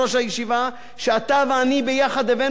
שאתה ואני יחד הבאנו את חוק הרשיונות.